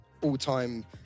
all-time